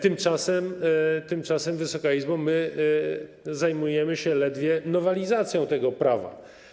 Tymczasem, Wysoka Izbo, my zajmujemy się ledwie nowelizacją tego prawa.